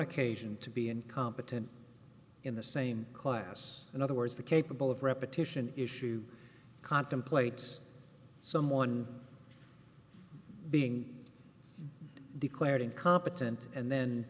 occasion to be incompetent in the same class in other words the capable of repetition issue contemplates someone being declared incompetent and then